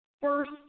first